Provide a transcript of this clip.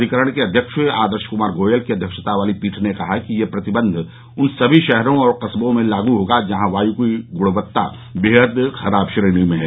अधिकरण के अध्यक्ष आदर्श कुमार गोयल की अध्यक्षता वाली पीठ ने कहा कि ये प्रतिबंध उन सभी शहरों और कस्बों में लागू होगा जहां वायू की गुणवत्ता बेहद खराब श्रेणी में है